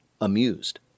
Amused